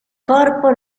corpo